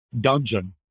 dungeon